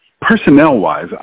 Personnel-wise